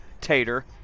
tater